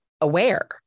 aware